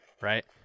Right